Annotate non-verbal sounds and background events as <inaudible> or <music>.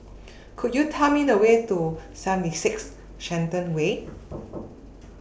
<noise> Could YOU Tell Me The Way to seventy six Shenton Way <noise>